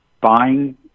buying